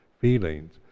feelings